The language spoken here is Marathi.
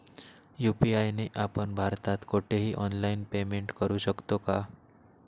यू.पी.आय ने आपण भारतात कुठेही ऑनलाईन पेमेंट करु शकतो का?